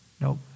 Nope